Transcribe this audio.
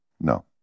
No